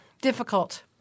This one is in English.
difficult